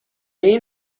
این